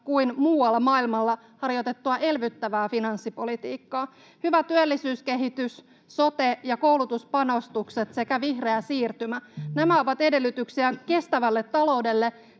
kuin muualla maailmalla harjoitettua elvyttävää finanssipolitiikkaa. Hyvä työllisyyskehitys, sote- ja koulutuspanostukset sekä vihreä siirtymä — nämä ovat edellytyksiä kestävälle taloudelle